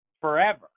forever